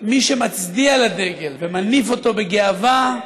מי שמצדיע לדגל, ומניף אותו בגאווה,